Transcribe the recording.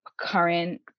current